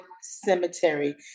cemetery